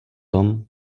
tom